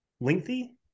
lengthy